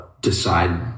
decide